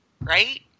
right